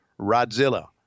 Rodzilla